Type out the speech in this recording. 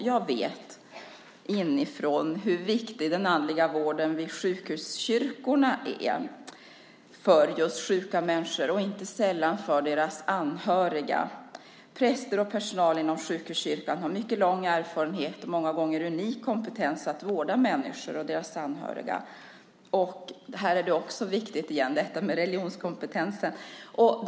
Jag vet inifrån hur viktig den andliga vården vid sjukhuskyrkorna är för just sjuka människor, och inte sällan deras anhöriga. Präster och personal inom sjukhuskyrkan har mycket lång erfarenhet och många gånger en unik kompetens att vårda människor och deras anhöriga. Här är detta med religionskompetensen viktigt igen.